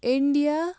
India